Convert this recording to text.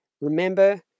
Remember